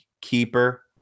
keeper